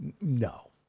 No